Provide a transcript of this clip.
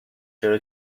چرا